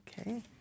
Okay